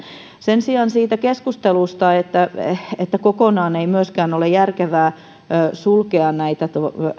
sen sijaan siitä keskustelusta että ei myöskään ole järkevää kokonaan sulkea näitä